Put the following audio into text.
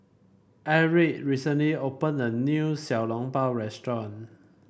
Erick recently opened a new Xiao Long Bao restaurant